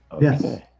Yes